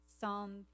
Psalm